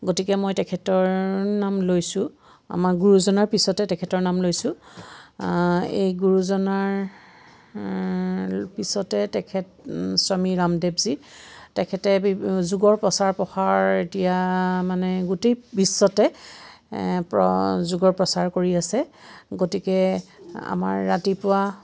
গতিকে মই তেখেতৰ নাম লৈছোঁ আমাৰ গুৰুজনাৰ পিছতে তেখেতৰ নাম লৈছোঁ এই গুৰুজনাৰ পিছতে তেখেত স্বামী ৰামদেৱ জী তেখেতে বিভ যোগৰ প্ৰচাৰ প্ৰসাৰ এতিয়া মানে গোটেই বিশ্বতে প্ৰ যোগৰ প্ৰচাৰ কৰি আছে গতিকে আমাৰ ৰাতিপুৱা